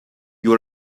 you